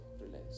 Relax